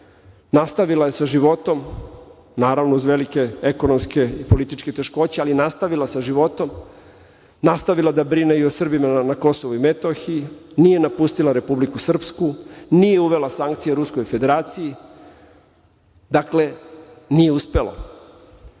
nastavila je sa životom, naravno, uz velike ekonomske i političke teškoće, ali nastavila sa životom, nastavila da brine i o Srbina na Kosovu i Metohiji, nije napustila Republiku Srpsku, nije uvela sankcije Ruskoj Federaciji. Dakle, nije uspelo,